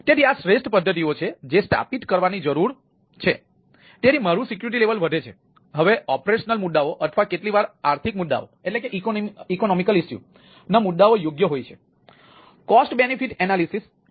તેથી આ શ્રેષ્ઠ પદ્ધતિઓ કરતા નથી